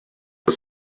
was